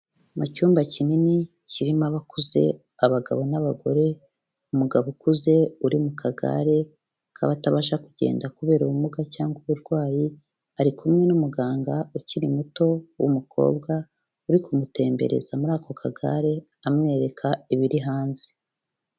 Mu cyumba kinini kirimo abakuze abagabo n'abagore, umugabo ukuze uri mu kagare k'abatabasha kugenda kubera ubumuga cyangwa uburwayi, ari kumwe n'umuganga ukiri muto w'umukobwa uri kumutembereza muri ako kagare, amwereka ibiri hanze.